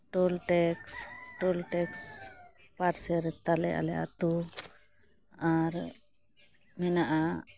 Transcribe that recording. ᱴᱩᱞ tax toll tax ᱯᱟᱥᱮ ᱨᱮᱛᱟ ᱞᱮ ᱟᱞᱮ ᱟᱹᱛᱩ ᱟᱨ ᱢᱮᱱᱟᱜᱼᱟ